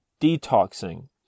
detoxing